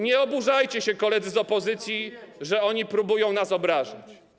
Nie oburzajcie się, koledzy z opozycji, że oni próbują nas obrażać.